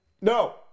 No